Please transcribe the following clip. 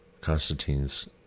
Constantine's